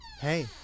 Hey